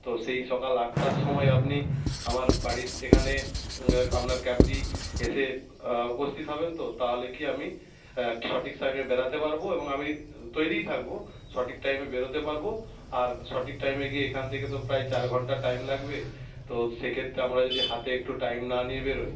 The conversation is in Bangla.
তো সেই সকাল আটটার সময় আপনি আমার বাড়ির এখানে আপনার ক্যাবটি এসে উপস্থিত হবেন তো তাহলে কি আমি সঠিক টাইমে বেড়াতে পারবো এবং আমি তৈরিই থাকবো সঠিক টাইমে বেরোতে পারবো আর সঠিক টাইমে গিয়ে এখান থেকে তো প্রায় চার ঘন্টা টাইম লাগবে তো সে ক্ষেত্রে আমরা যদি হাতে একটু টাইম না নিয়ে বেরোই